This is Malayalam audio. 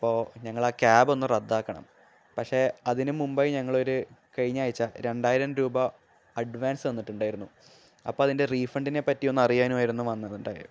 അപ്പോൾ ഞങ്ങളാ ആ ക്യാബ് ഒന്ന് റദ്ദാക്കണം പക്ഷേ അതിനു മുമ്പായി ഞങ്ങളൊരു കഴിഞ്ഞ ആഴ്ച രണ്ടായിരം രൂപ അഡ്വാൻസ് തന്നിട്ടുണ്ടായിരുന്നു അപ്പോൾ അതിന്റെ റീഫണ്ടിനെ പറ്റി ഒന്ന് അറിയാനുമായിരുന്നു വന്നതുണ്ടായിരുന്നത്